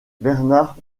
bernard